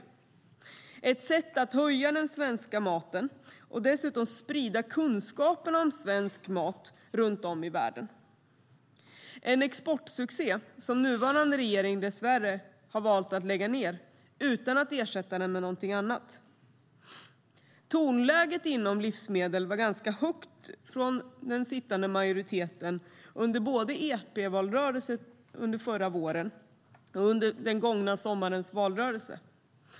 Det är ett sätt att höja den svenska maten och dessutom sprida kunskapen om svensk mat runt om i världen. Det är en exportsuccé som nuvarande regering dessvärre har valt att lägga ned utan att ersätta den med någonting annat. Tonläget inom livsmedelsfrågor var ganska högt inom den nu sittande majoriteten både under EU-valrörelsen under förra våren och under den gångna sommarens valrörelse.